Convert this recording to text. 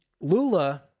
lula